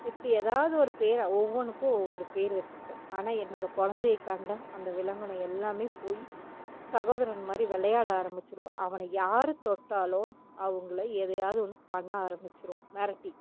இப்படி ஏதாவது ஒரு பேரை ஒவ்வொன்றுக்கும் ஒவ்வொரு பேர் வச்சுருப்பேன் ஆனால் என்னோடய கொழந்தைய கண்டால் அந்த விலங்கினம் எல்லாமே போய் சகோதரன் மாதிரி விளையாட ஆரம்பிச்சுரும் அவனை யார் தொட்டாலும் அவங்கள எதையாவது ஒன்று பண்ண ஆரம்பிச்சுரும் மிரட்டி